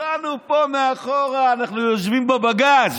נסענו פה מאחורה, אנחנו יושבים בבגאז',